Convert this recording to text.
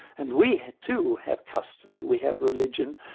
and we too have custom and we have religion,